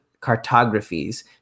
Cartographies